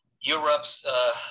Europe's